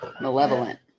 malevolent